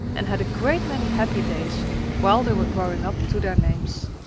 and had a great many happy days while they were growing up to their names.